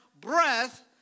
breath